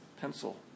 pencil